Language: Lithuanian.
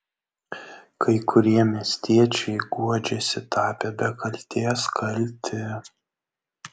kai kurie miestiečiai guodžiasi tapę be kaltės kalti